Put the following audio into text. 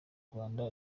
rwanda